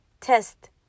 test